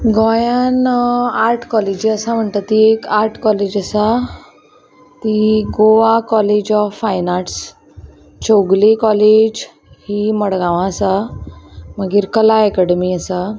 गोंयान आर्ट कॉलेजी आसा म्हणटा ती एक आर्ट कॉलेज आसा ती Goa college of fine arts Chowgule college ही मडगांवां आसा मागीर कला एकेडमी आसा